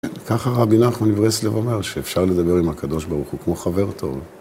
ככה רבי נחמן מברסלב אומר שאפשר לדבר עם הקדוש ברוך הוא כמו חבר טוב.